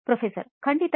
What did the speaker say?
professor ಖಂಡಿತವಾಗಿ